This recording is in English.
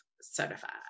certified